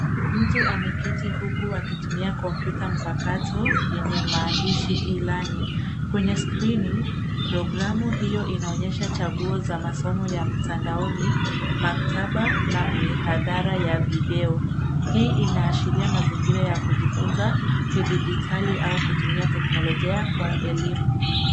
Mtu ameketi huku akitumia kompyuta mpakato yenye maandishi e-learning kwenye skrini programu hio inaonyesha chaguo za masomo ya mtandaoni maktaba na mihadhara ya video hii inaashiria mazingira ya kujifunza kidijitali au kutumia teknolojia kwa elimu.